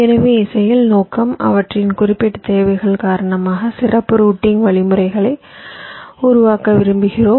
எனவே செயல் நோக்கம் அவற்றின் குறிப்பிட்ட தேவைகள் காரணமாக சிறப்பு ரூட்டிங் வழிமுறைகளை உருவாக்க விரும்புகிறோம்